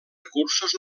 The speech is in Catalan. recursos